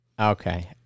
Okay